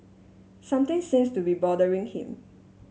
something seems to be bothering him